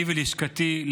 אני ולשכתי,